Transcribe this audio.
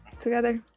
together